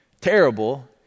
terrible